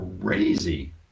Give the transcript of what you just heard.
crazy